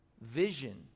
Vision